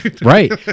right